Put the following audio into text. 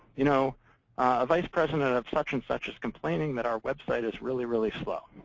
you know a vice president of such and such is complaining that our website is really, really slow.